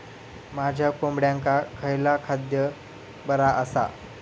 माझ्या कोंबड्यांका खयला खाद्य बरा आसा?